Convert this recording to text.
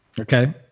Okay